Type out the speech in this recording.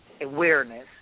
awareness